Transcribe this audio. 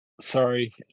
sorry